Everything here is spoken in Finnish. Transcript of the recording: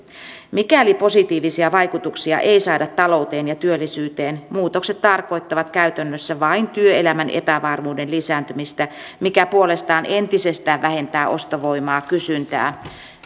mikäli positiivisia vaikutuksia ei saada talouteen ja työllisyyteen muutokset tarkoittavat käytännössä vain työelämän epävarmuuden lisääntymistä mikä puolestaan entisestään vähentää ostovoimaa kysyntää